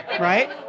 right